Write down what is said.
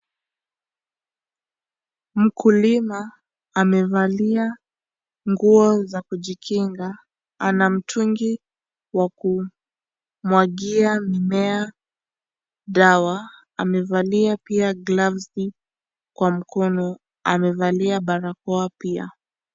Mkulima amevalia nguo za kujikinga ana mtungi wa kumwagia mimea dawa amevalia pia glavsi kwa mkono amevalia barakoa pia.